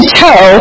toe